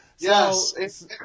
Yes